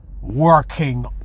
working